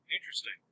Interesting